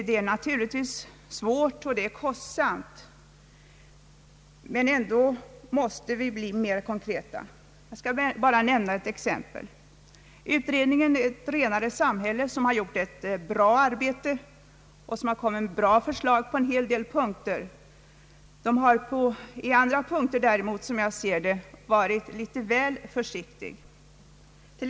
Det är naturligtvis svårt och det är kostsamt, men ändå måste vi bli mer konkreta. Jag skall endast nämna ett exempel. Utredningen »Ett renare samhälle», som gjort ett gott arbete och lagt fram bra förslag på en hel del punkter, har på andra punkter däremot, enligt mitt sätt att se, varit litet väl försiktig.